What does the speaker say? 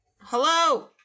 Hello